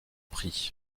prix